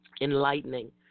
enlightening